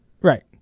Right